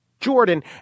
Jordan